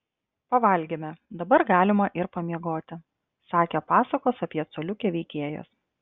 pavalgėme dabar galima ir pamiegoti sakė pasakos apie coliukę veikėjas